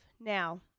Now